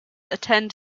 attend